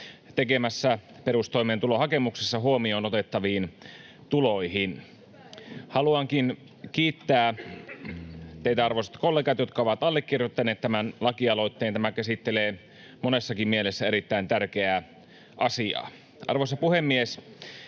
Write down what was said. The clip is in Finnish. tekemässä perustoimeentulon hakemuksessa huomioon otettaviin tuloihin. Haluankin kiittää teitä, arvoisat kollegat, jotka olette allekirjoittaneet tämän lakialoitteen. Tämä käsittelee monessakin mielessä erittäin tärkeää asiaa. Arvoisa puhemies!